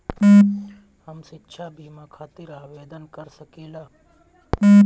हम शिक्षा बीमा खातिर आवेदन कर सकिला?